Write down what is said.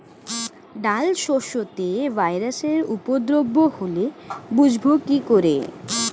ডাল শস্যতে ভাইরাসের উপদ্রব হলে বুঝবো কি করে?